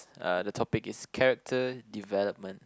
uh the topic is character development